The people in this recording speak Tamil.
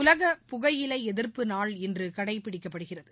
உலக புகையிலைஎதிர்ப்பு நாள் இன்றுகடைபிடிக்கப்படுகிறது